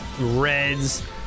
reds